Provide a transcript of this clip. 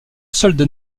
solde